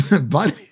buddy